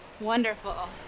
Wonderful